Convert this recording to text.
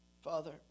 Father